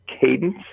cadence